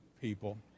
people